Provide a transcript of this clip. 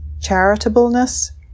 charitableness